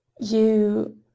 You